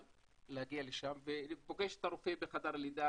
להגיע לשם ופוגשת את הרופא בחדר הלידה,